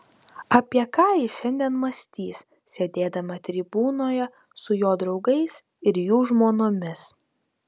apie ką ji šiandien mąstys sėdėdama tribūnoje su jo draugais ir jų žmonomis